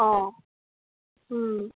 অ'